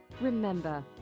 Remember